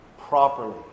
properly